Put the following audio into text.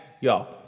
Y'all